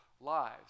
lives